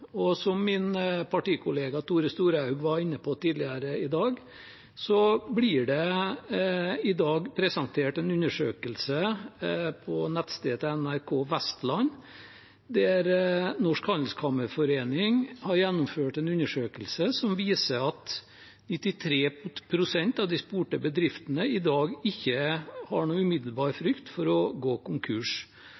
og som min partikollega Tore Storehaug var inne på tidligere i dag, blir det i dag presentert en undersøkelse på nettstedet til NRK Vestland. Det norske handelskammerforbund har gjennomført en undersøkelse som viser at 93 pst. av de spurte bedriftene i dag ikke har noen umiddelbar